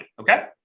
Okay